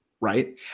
right